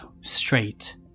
straight